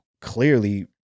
clearly